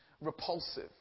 Repulsive